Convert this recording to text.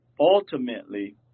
ultimately